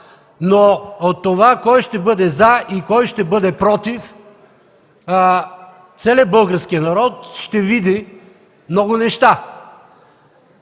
Но от това кой ще бъде „за” и кой ще бъде „против” целият български народ ще види много неща.